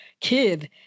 kid